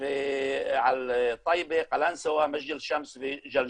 ועל טייבה, קלנסואה, מג'דל א-שמס וג'לג'וליה.